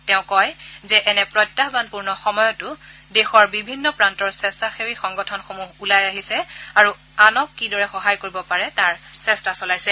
তেওঁ কয় যে এনে প্ৰত্যায়ানপূৰ্ণ সময়তো দেশৰ বিভিন্ন প্ৰান্তৰ স্বেচ্ছাসেৱী সংগঠনসমূহ ওলাই আহিছে আৰু আনক কি দৰে সহায় কৰিব পাৰে তাৰ চেষ্টা চলাইছে